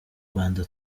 rwanda